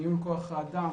ניהול כוח האדם,